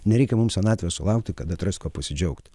nereikia mums senatvės sulaukti kada atrast kuo pasidžiaugt